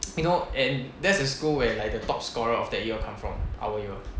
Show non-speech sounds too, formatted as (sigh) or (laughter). (noise) you know and that's the school when like the top scorer of that year come from our year